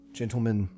gentlemen